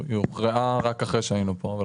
והיא הוכרעה רק אחרי שהיינו פה.